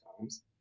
times